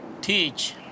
teach